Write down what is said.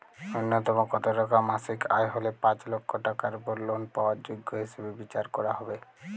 ন্যুনতম কত টাকা মাসিক আয় হলে পাঁচ লক্ষ টাকার উপর লোন পাওয়ার যোগ্য হিসেবে বিচার করা হবে?